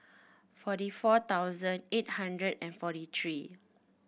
forty four thousand eight hundred and forty three